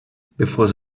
before